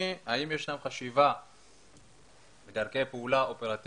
האם יש שם חשיבה לדרכי פעולה אופרטיביות